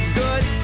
good